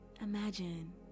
Imagine